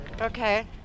Okay